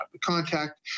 contact